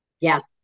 Yes